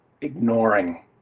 ignoring